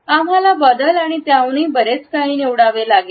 आम्हाला बदल आणि त्याहूनही बरेच काही निवडावे लागेल